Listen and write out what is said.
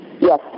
Yes